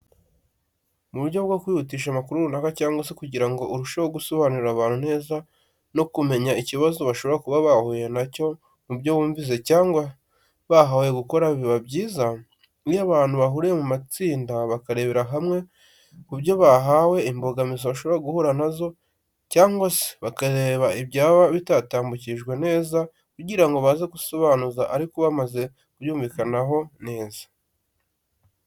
Mu buryo bwo kwihutisha amakuru runaka cyangwa se kugira ngo urusheho gusobanurira abantu neza no kumenya ikibazo bashobora kuba bahuye na cyo mu byo bumvise cyangwa bahawe gukora biba byiza. Iyo abantu bahuriye mu matsinda bakarebera hamwe ku byo babwiwe imbogamizi bashobora guhura na zo, cyangwa se bakareba ibyaba bitatambukijwe neza kugira ngo baze gusobanuza ariko bo bamaze kubyumvikanaho neza.